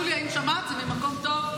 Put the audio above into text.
יוליה, אם שמעת, זה ממקום טוב.